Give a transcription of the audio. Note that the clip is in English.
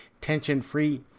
tension-free